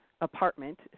apartment